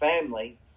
family